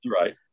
right